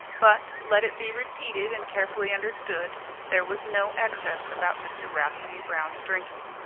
but let it be repeated and carefully understood there was no excess about mr. rasselyer-brown's drinking.